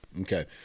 Okay